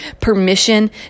permission